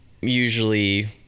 usually